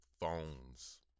phones